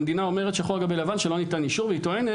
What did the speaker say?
המדינה אומרת שחור על גבי לבן שלא ניתן אישור והיא טוענת